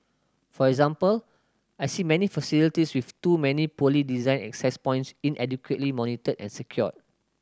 for example I see many facilities with too many poorly designed access points inadequately monitored and secured